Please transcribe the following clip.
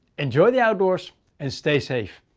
enjoy the outdoors and stay safe.